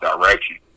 direction